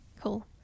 cool